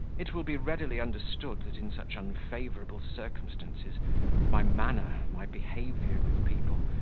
it will be readily understood that in such unfavourable circumstances my manner, my behaviour with people,